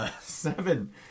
seven